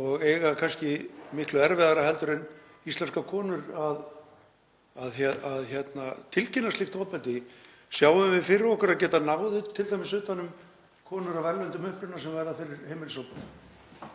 og eiga kannski miklu erfiðara heldur en íslenskar konur með að tilkynna slíkt ofbeldi. Sjáum við fyrir okkur að geta náð t.d. utan um konur af erlendum uppruna sem verða fyrir heimilisofbeldi?